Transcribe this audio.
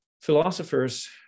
philosophers